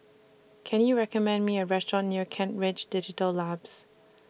Can YOU recommend Me A Restaurant near Kent Ridge Digital Labs